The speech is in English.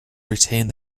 retained